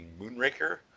Moonraker